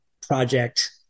project